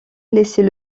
laissez